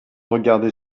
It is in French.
regarder